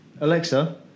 Alexa